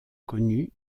connue